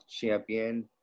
champion